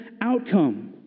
outcome